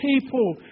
people